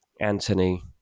Anthony